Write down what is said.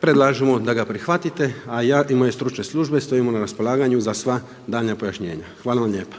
Predlažemo da ga prihvatite a ja i moje stručne službe stojimo na raspolaganju za sva daljnja pojašnjenja. Hvala vam lijepa.